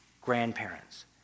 grandparents